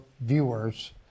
viewers